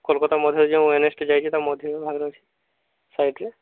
କୋଲକାତା ମଝିରେ ଯୋଉ N H ଟେ ଯାଇଛି ସାଇଡ଼୍ରେ